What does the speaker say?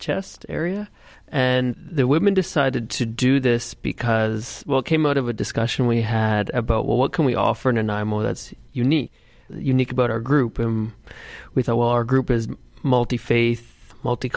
chest area and the women decided to do this because well came out of a discussion we had about well what can we offer and imo that's unique unique about our group him with all our group multi faith multi